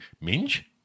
Minge